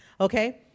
Okay